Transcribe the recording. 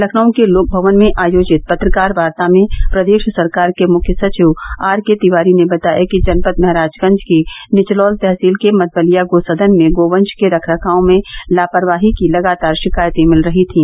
लखनऊ के लोकभवन में आयोजित पत्रकार वार्ता में प्रदेश सरकार के मुख्य सचिव आरके तिवारी ने बताया कि जनपद महराजगंज की निचलौल तहसील के मधवलिया गो सदन में गो वंश के रख रखाव में लापरवाही की लगातार शिकायतें मिल रही थीं